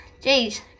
Jeez